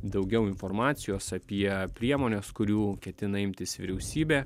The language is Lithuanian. daugiau informacijos apie priemones kurių ketina imtis vyriausybė